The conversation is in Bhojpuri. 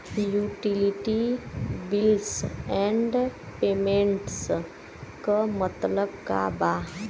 यूटिलिटी बिल्स एण्ड पेमेंटस क मतलब का बा?